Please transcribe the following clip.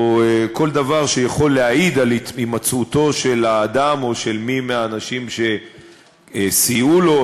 או כל דבר שיכול להעיד על הימצאותו של האדם או של מי מהאנשים שסייעו לו,